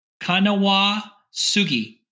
kanawasugi